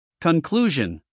Conclusion